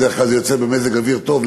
בדרך כלל זה יוצא במזג אוויר טוב,